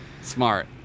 smart